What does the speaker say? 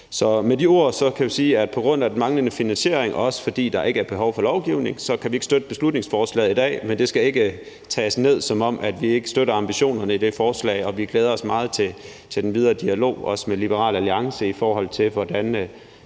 Med de ord kan vi sige, at på grund af den manglende finansiering, og også fordi der ikke er behov for lovgivning, kan vi ikke støtte beslutningsforslaget i dag, men det skal ikke tages ned, som om vi ikke støtter ambitionerne i det forslag, og vi glæder os meget til den videre dialog, også med Liberal Alliance, i forhold til hvordan